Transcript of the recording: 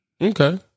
Okay